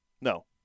No